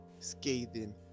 scathing